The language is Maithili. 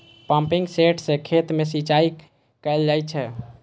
पंपिंग सेट सं खेत मे सिंचाई कैल जाइ छै